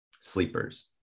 sleepers